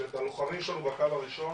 זה מה שננסה להרים בכנס בעוד שבועיים,